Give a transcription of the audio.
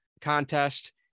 contest